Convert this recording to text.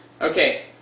Okay